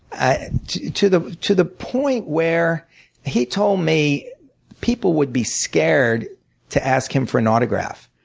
ah and to the to the point where he told me people would be scared to ask him for an autograph.